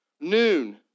noon